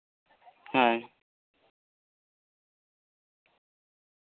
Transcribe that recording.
ᱦᱮᱸ